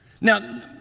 Now